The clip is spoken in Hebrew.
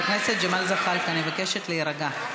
חבר הכנסת ג'מאל זחאלקה, אני מבקשת להירגע.